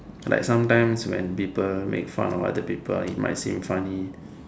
like sometimes when people make fun of other people it might seem funny